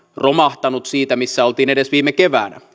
romahtanut siitä missä oltiin edes viime keväänä